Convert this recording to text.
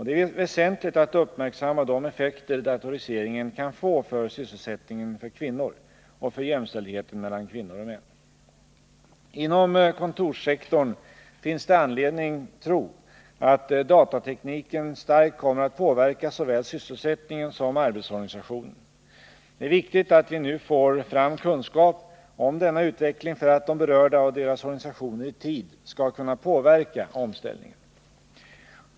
Det är väsentligt att uppmärksamma de effekter datoriseringen kan få för sysselsättningen för kvinnor och för jämställdheten mellan kvinnor och män. När det gäller kontorssektorn finns det anledning tro att datatekniken starkt kommer att påverka såväl sysselsättningen som arbetsorganisationen. Det är viktigt att vi nu får fram kunskap om denna utveckling för att de berörda och deras organisationer i tid skall kunna påverka omställningen.